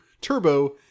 Turbo